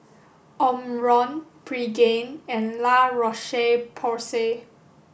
Omron Pregain and La Roche Porsay